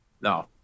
no